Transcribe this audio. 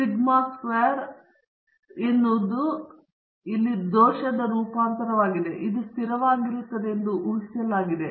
sigma square ಎನ್ನುವುದು ದೋಷ ರೂಪಾಂತರವಾಗಿದೆ ಇದು ಸ್ಥಿರವಾಗಿರುತ್ತದೆ ಎಂದು ಊಹಿಸಲಾಗಿದೆ